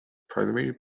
primarily